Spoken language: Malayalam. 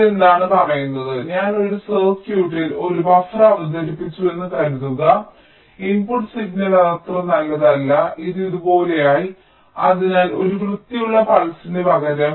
ഇത് എന്താണ് പറയുന്നത് ഞാൻ ഒരു സർക്യൂട്ടിൽ ഒരു ബഫർ അവതരിപ്പിച്ചുവെന്ന് കരുതുക ഇൻപുട്ട് സിഗ്നൽ അത് അത്ര നല്ലതല്ല ഇത് ഇതുപോലെയായി അതിനാൽ ഒരു വൃത്തിയുള്ള പൾസിന് പകരം